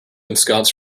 ensconce